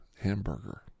hamburger